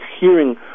hearing